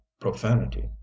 profanity